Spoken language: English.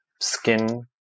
skin